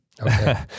Okay